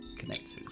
Connectors